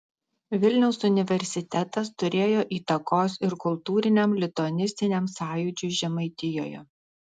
vilniaus universitetas turėjo įtakos ir kultūriniam lituanistiniam sąjūdžiui žemaitijoje